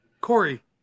Corey